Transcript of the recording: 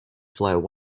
flight